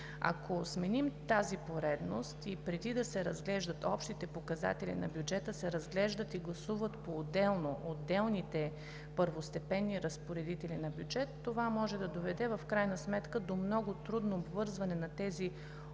Ако сменим тази поредност и преди да се разглеждат общите показатели на бюджета се разглеждат и гласуват поотделно отделните първостепенни разпоредители на бюджет, това може да доведе в крайна сметка до много трудно обвързване на тези общи